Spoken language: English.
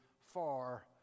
far